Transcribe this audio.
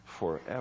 forever